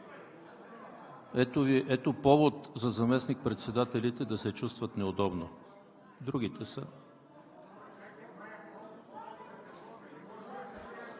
Ето повод за заместник-председателите да се чувстват неудобно. Другите са…